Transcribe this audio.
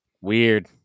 Weird